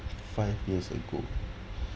five years ago